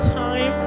time